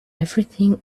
everything